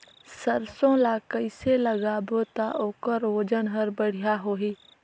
सरसो ला कइसे लगाबो ता ओकर ओजन हर बेडिया होही?